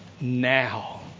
now